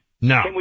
No